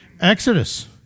Exodus